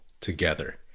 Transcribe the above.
together